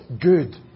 good